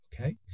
okay